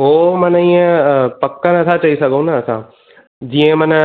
पऐ माना इएं पक नथा चई सघूं ना असां जीअं माना